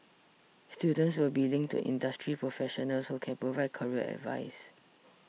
students will be linked to industry professionals who can provide career advice